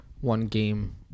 one-game